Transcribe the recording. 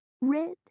Red